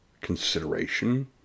consideration